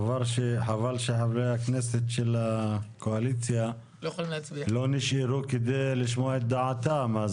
חבל שחברי הכנסת של הקואליציה לא נשארו כדי לשמוע את דעתם.